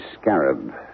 scarab